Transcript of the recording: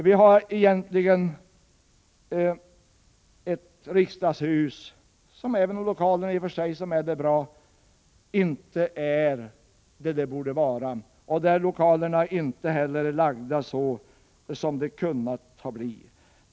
Vi har ett riksdagshus som, även om lokalerna i och för sig är bra, inte är vad det borde vara. Lokalerna kunde också ha placerats på ett annat sätt.